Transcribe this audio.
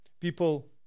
people